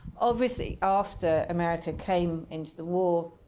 obviously, after america came into the war,